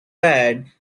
bed